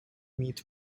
meet